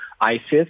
ISIS